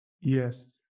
Yes